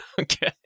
okay